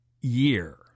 year